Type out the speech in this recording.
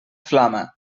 flama